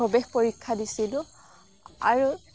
প্ৰৱেশ পৰীক্ষা দিছিলোঁ আৰু